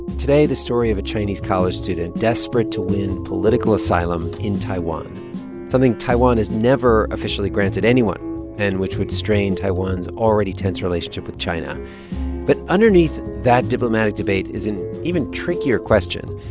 today, the story of a chinese college student desperate to win political asylum in taiwan something taiwan has never officially granted anyone and which would strain taiwan's already tense relationship with china but underneath that diplomatic debate is an even trickier question.